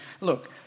look